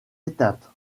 éteinte